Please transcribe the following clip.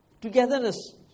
togetherness